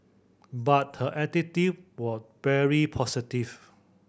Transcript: but her attitude was very positive